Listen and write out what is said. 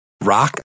rock